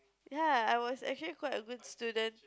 ya I was actually quite a good student